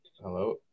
Hello